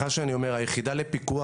סליחה שאני אומר היחידה לפיקוח,